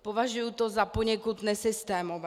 Považuji to za poněkud nesystémové.